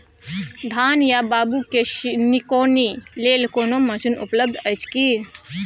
धान या बाबू के निकौनी लेल कोनो मसीन उपलब्ध अछि की?